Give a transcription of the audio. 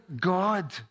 God